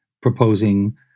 proposing